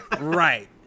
Right